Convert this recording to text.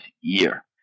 year